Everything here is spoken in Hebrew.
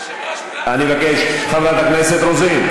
אדוני היושב-ראש,